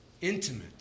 intimate